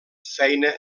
feina